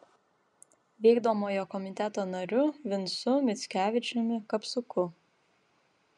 vykdomojo komiteto nariu vincu mickevičiumi kapsuku